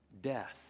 death